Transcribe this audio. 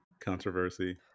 controversy